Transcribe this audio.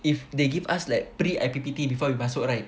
if they give us like pre I_P_P_T before you masuk right